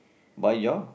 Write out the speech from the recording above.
buy your